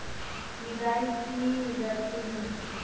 निदाई की जाती है?